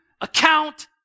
account